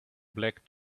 black